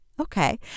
okay